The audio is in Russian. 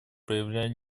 проявляли